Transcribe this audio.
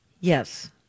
Yes